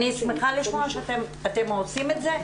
אני שמחה לשמוע שאתם עושים את זה?